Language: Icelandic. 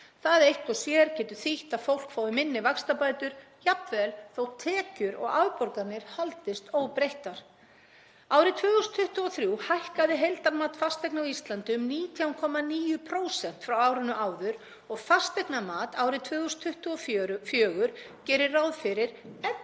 Það eitt og sér getur þýtt að fólk fái minni vaxtabætur, jafnvel þótt tekjur og afborganir haldast óbreyttar. Árið 2023 hækkaði heildarmat fasteigna á Íslandi um 19,9% frá árinu áður og fasteignamat fyrir árið 2024 gerir ráð fyrir 11,7%